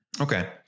Okay